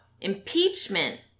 Impeachment